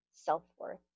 self-worth